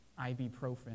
ibuprofen